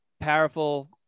powerful